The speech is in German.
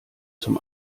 zum